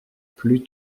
plus